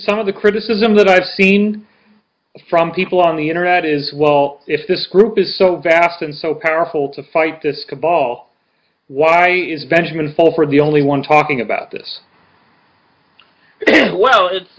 some of the criticism that i've seen from people on the internet is well if this group is so vast and so powerful to fight this cabal why is benjamin fulford the only one talking about this well